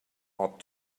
hot